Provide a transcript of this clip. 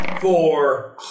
Four